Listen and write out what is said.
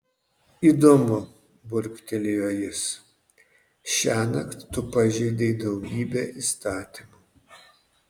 įdomu burbtelėjo jis šiąnakt tu pažeidei daugybę įstatymų